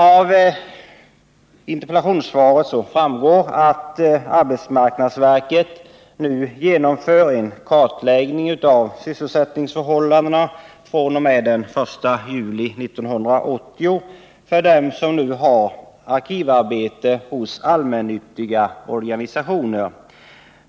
Av interpellationssvaret framgår att arbetsmarknadsverket nu genomför en kartläggning av sysselsättningsförhållandena fr.o.m. den 1 juli 1980 för dem som nu har arkivarbete hos allmännyttiga organisationer.